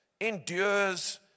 endures